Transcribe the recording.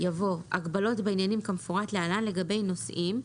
יבוא "הגבלות בעניינים כמפורט להלן לגבי נוסעים,